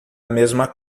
mesma